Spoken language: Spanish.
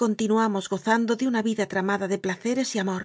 conti nuamos gozando una vida tramada de placeres y amor